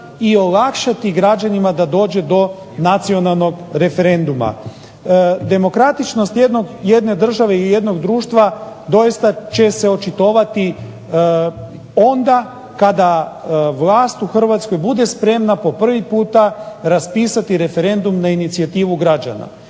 i olakšati građanima da dođe do nacionalnog referenduma. Demokratičnost jedne države ili jednog društva doista će se očitovati onda kada vlast u Hrvatskoj bude spremna po prvi puta raspisati referendum na inicijativu građana,